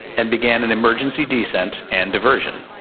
and began an emergency descent and diversion.